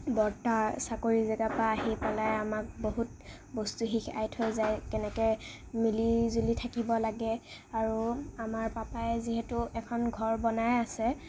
বৰ্তাৰ চাকৰি জেগাৰপৰা আহি পেলাই আমাক বহুত বস্তু শিকাই থৈ যায় কেনেকৈ মিলিজুলি থাকিব লাগে আৰু আমাৰ পাপাই যিহেতু এখন ঘৰ বনাই আছে